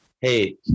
Hey